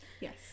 Yes